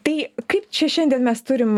tai kaip čia šiandien mes turim